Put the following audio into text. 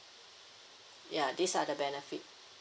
ya these are the benefit